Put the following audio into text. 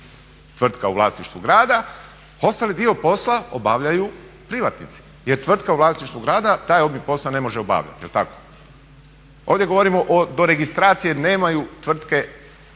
tvrtka u vlasništvu grada, ostali dio posla obavljaju privatnici. Jer tvrtka u vlasništvu grada taj obim posla ne može obavljati, jel tako? Ovdje govorimo o doregistraciji jer nemaju tvrtke